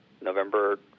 November